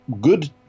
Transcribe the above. good